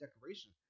decoration